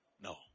no